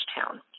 Town